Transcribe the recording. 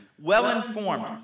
well-informed